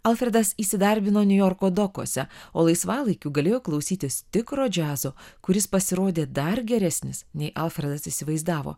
alfredas įsidarbino niujorko dokuose o laisvalaikiu galėjo klausytis tikro džiazo kuris pasirodė dar geresnis nei alfredas įsivaizdavo